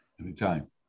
Anytime